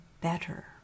better